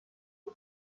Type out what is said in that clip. die